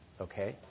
okay